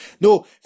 No